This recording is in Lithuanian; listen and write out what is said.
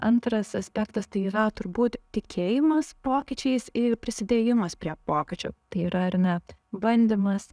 antras aspektas tai yra turbūt tikėjimas pokyčiais i prisidėjimas prie pokyčių tai yra ar net bandymas